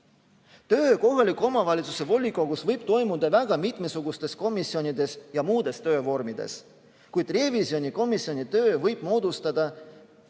Töö kohaliku omavalitsuse volikogus võib toimuda väga mitmesugustes komisjonides ja muudes töövormides, kuid revisjonikomisjoni töö võib moodustada nii